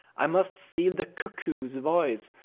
i must steal the cuckoo's voice,